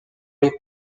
les